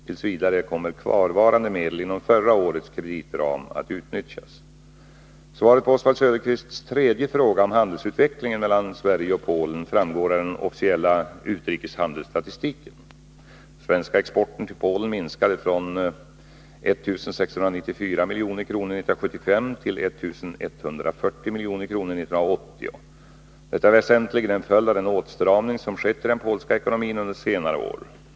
T. v. kommer kvarvarande medel inom förra årets kreditram att utnyttjas. Svaret på Oswald Söderqvists tredje fråga om handelsutvecklingen mellan Sverige och Polen framgår av den officiella utrikeshandelsstatistiken. Den svenska exporten till Polen minskade från 1 694 milj.kr. 1975 till 1 140 milj.kr. 1980. Detta är väsentligen en följd av den åtstramning som skett i den polska ekonomin under senare år.